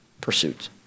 pursuit